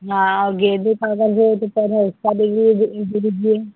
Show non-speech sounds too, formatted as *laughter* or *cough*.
हाँ गेंदे का अगर हो तो पौधा उसका *unintelligible* दे दीजिए